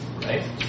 right